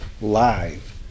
live